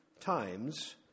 times